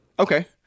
Okay